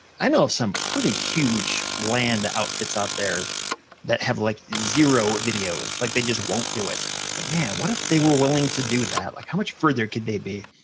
i know of some pretty huge land outfits out there that have like zero videos. like they just won't do it, it's like, man, what if they were willing to do that? like how much further could they be?